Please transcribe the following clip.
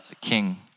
king